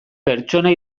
pertsona